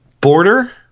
Border